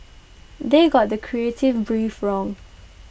they got the creative brief wrong